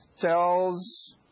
tells